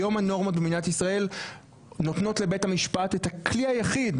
היום הנורמות במדינת ישראל נותנות לבית המשפט את הכלי היחיד